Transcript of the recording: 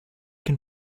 can